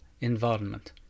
environment